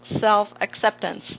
self-acceptance